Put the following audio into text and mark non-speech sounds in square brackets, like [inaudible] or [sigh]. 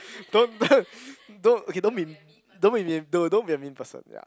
[laughs] don't don't don't okay don't be don't be mean no don't be a mean person ya